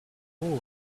wool